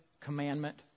commandment